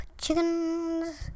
chickens